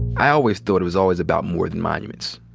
i always thought it was always about more than monuments.